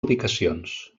ubicacions